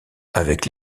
avec